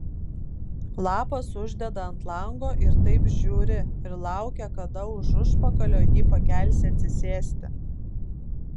lapas uždeda ant lango ir taip žiuri ir laukia kada už užpakalio jį pakelsi atsisėsti